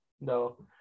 No